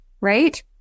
right